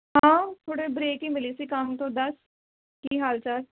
ਹਾਂ ਥੋੜ੍ਹੇ ਬਰੇਕ ਹੀ ਮਿਲੀ ਸੀ ਕੰਮ ਤੋਂ ਦੱਸ ਕੀ ਹਾਲ ਚਾਲ